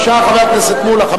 בבקשה, חבר הכנסת מולה.